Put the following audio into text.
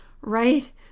Right